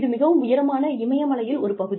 இது மிகவும் உயரமான இமயமலையில் உள்ள ஒரு பகுதி